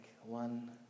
One